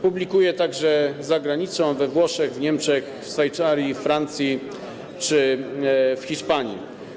Publikuje także zagranicą: we Włoszech, w Niemczech, Szwajcarii, Francji czy Hiszpanii.